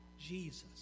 Jesus